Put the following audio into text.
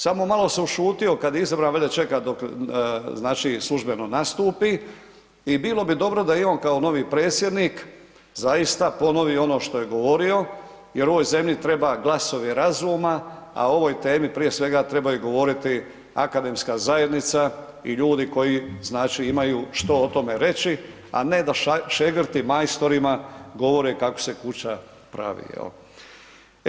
Samo malo se ušutio kad je izabran valjda čeka dok znači službeno nastupi i bilo bi dobro da i on kao novi predsjednik zaista ponovi ono što je govorio jer u ovoj zemlji treba glasovi razuma, a o ovoj temi prije svega trebaju govoriti akademska zajednica i ljudi koji znači imaju što o tome reći, a ne da šegrti majstorima govore kako se kuća pravi jer.